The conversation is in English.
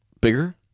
Bigger